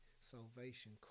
salvation